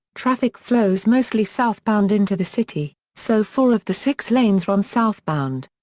traffic flows mostly southbound into the city, so four of the six lanes run southbound.